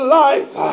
life